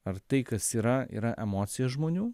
ar tai kas yra yra emocija žmonių